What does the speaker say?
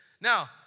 Now